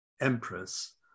empress